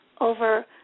over